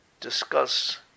discuss